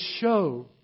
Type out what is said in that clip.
show